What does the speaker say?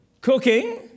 cooking